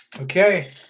Okay